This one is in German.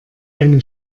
eine